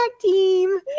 team